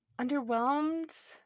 underwhelmed